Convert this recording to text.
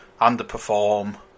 underperform